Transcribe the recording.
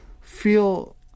feel